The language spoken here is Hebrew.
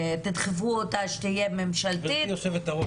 תדחפו אותה שתהיה ממשלתית --- גבירתי יושבת הראש,